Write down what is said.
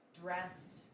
dressed